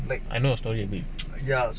I know the story a bit